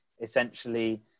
essentially